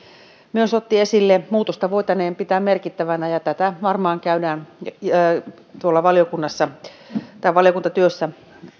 myös otti esille muutosta voitaneen pitää merkittävänä ja asiaan varmaan palataan tuolla valiokuntatyössä